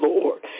Lord